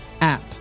app